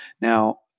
Now